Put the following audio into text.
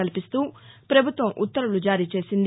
కల్పిస్తూ పభుత్వం ఉత్తర్వులు జారీ చేసింది